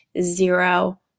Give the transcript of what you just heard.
zero